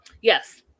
Yes